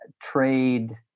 trade